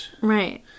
Right